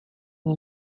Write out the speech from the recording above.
uma